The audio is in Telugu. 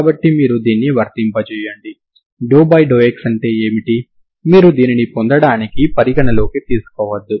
కాబట్టి మీరు u1x0ux0fx x0 u x0f x x0 f1 అని చూడవచ్చు